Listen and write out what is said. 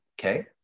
Okay